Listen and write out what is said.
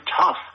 tough